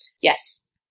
yes